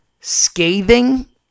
scathing